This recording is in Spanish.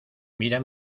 mira